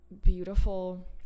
beautiful